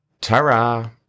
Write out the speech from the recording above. Ta-ra